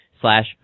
slash